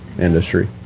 industry